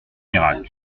miracle